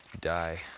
die